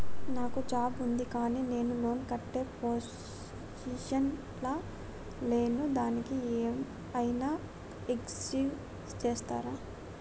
నాకు జాబ్ ఉంది కానీ నేను లోన్ కట్టే పొజిషన్ లా లేను దానికి ఏం ఐనా ఎక్స్క్యూజ్ చేస్తరా?